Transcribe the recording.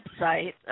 website